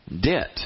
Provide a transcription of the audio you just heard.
Debt